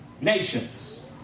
nations